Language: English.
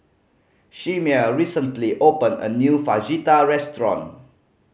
Chimere recently opened a new Fajitas restaurant